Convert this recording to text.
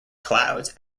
clouds